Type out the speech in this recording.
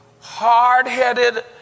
hard-headed